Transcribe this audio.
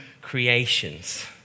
creations